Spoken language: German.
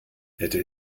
hätte